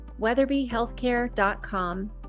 weatherbyhealthcare.com